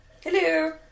Hello